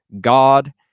god